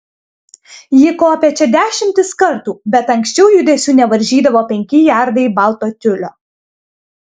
ji kopė čia dešimtis kartų bet anksčiau judesių nevaržydavo penki jardai balto tiulio